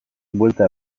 buelta